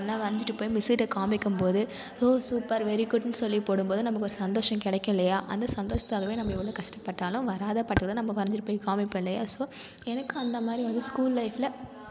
நம்ம அந்த படம்லாம் வரைஞ்சிட்டு போய் மிஸ்ஸுகிட்ட காமிக்கும்போது ஓ சூப்பர் வெரிகுட்னு சொல்லி போடும்போது நமக்கு ஒரு சந்தோஷம் கிடைக்கும் இல்லையா அந்த சந்தோஷத்துகாகவே நம்ம வந்து கஷ்டப்பட்டாலும் வராத படத்தைலாம் நம்ம வரைஞ்சிட்டு போய் காமிப்போம் இல்லையா ஸோ எனக்கு அந்தமாதிரி வந்து ஸ்கூல் லைஃப்பில்